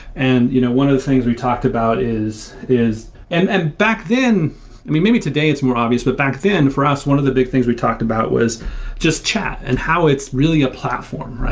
and you know one of the things we talked about is is and and back then i mean, maybe today, it's more obvious. but back then, for us, one of the things we talked about was just chat and how it's really a platform.